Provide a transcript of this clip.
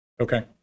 Okay